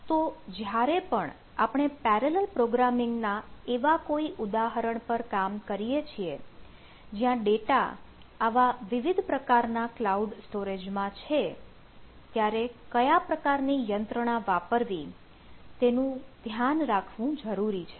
તો જ્યારે પણ આપણે પેરેલલ પ્રોગ્રામિંગ ના એવા કોઈ ઉદાહરણ પર કામ કરીએ છીએ જ્યાં ડેટા આવા વિવિધ પ્રકારના ક્લાઉડ સ્ટોરેજમાં છે ત્યારે કયા પ્રકારની યંત્રણા વાપરવી તેનું ધ્યાન રાખવું જરૂરી છે